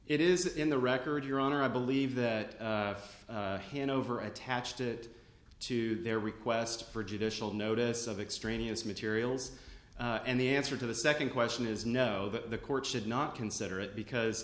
in the record your honor i believe that hanover attached it to their request for a judicial notice of extraneous materials and the answer to the second question is no that the court should not consider it because